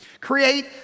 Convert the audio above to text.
create